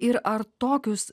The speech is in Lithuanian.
ir ar tokius